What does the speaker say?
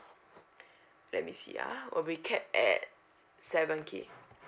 let me see ah will be capped at seven K